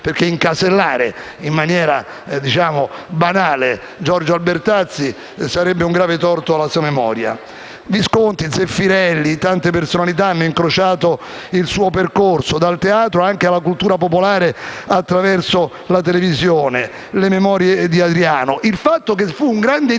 perché incasellare in maniera banale Giorgio Albertazzi sarebbe fare un grave torto alla sua memoria. Visconti, Zeffirelli e tante altre personalità hanno incrociato il suo percorso, dal teatro alla cultura popolare, attraverso la televisione. Ricordiamo anche le «Memorie di Adriano» e il fatto che fu un grande italiano,